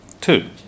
two